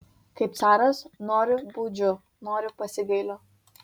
kaip caras noriu baudžiu noriu pasigailiu